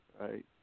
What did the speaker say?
Right